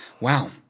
Wow